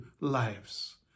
lives